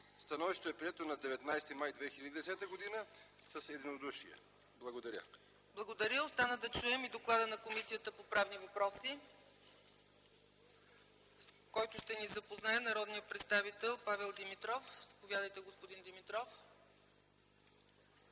Становището е прието на 19 май 2010 г. с единодушие.” Благодаря. ПРЕДСЕДАТЕЛ ЦЕЦКА ЦАЧЕВА: Благодаря. Остана да чуем и доклада на Комисията по правни въпроси, с който ще ни запознае народния представител Павел Димитров. Заповядайте, господин Димитров.